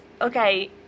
okay